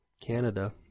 Canada